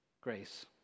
Grace